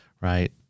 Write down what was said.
Right